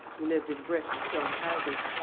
who lived in brick and stone houses.